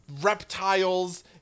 reptiles